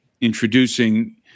introducing